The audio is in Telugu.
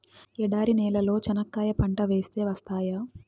ఎడారి నేలలో చెనక్కాయ పంట వేస్తే వస్తాయా?